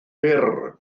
fyr